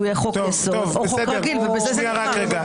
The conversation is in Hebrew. יהיה חוק יסוד או חוק רגיל ובזה זה נגמר.